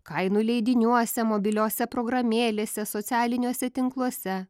kainų leidiniuose mobiliose programėlėse socialiniuose tinkluose